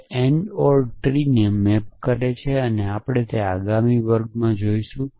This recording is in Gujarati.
તે AND OR વૃક્ષને મૅપ કરે છે અને આપણે તે આગામી વર્ગમાં જોશું